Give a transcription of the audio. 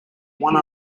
one